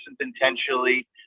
intentionally